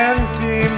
Empty